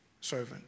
servant